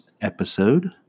episode